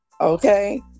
Okay